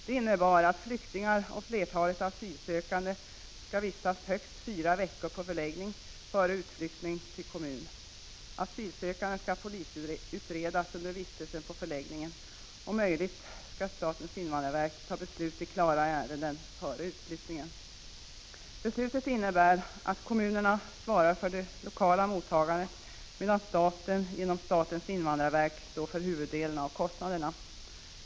Det innebar vidare att flyktingar och flertalet asylsökande skall vistas i högst fyra veckor på förläggning före utflyttning till kommun, att asylansökning skall polisutredas under den asylsökandes vistelse på förläggningen och att statens invandrarverk om möjligt skall fatta beslut i klara ärenden före utflyttningen. Enligt beslutet 15 skall kommunerna svara för det lokala mottagandet, medan staten genom statens invandrarverk står för huvuddelen av kostnaderna.